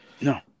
no